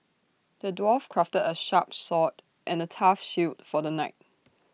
the dwarf crafted A sharp sword and A tough shield for the knight